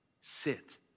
Sit